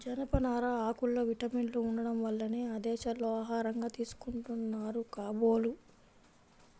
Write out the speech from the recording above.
జనపనార ఆకుల్లో విటమిన్లు ఉండటం వల్లనే ఆ దేశాల్లో ఆహారంగా తీసుకుంటున్నారు కాబోలు